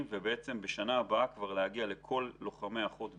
מאוד ובשנה הבאה להגיע לכל לוחמי החוד בצה"ל.